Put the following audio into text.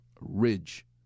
ridge